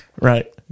Right